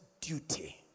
duty